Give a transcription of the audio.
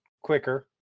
quicker